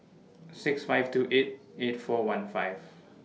six five two eight eight four one five